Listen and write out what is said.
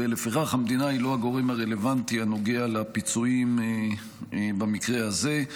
ולפיכך המדינה היא לא הגורם הרלוונטי הנוגע לפיצויים במקרה הזה.